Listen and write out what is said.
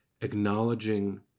acknowledging